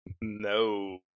No